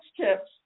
tips